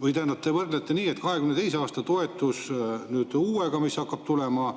Tähendab, te võrdlete 2022. aasta toetust uuega, mis hakkab tulema.